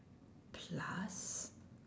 plus